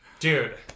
Dude